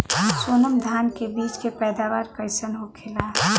सोनम धान के बिज के पैदावार कइसन होखेला?